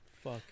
Fuck